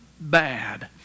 bad